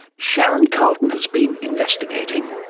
sharon carleton has been investigating.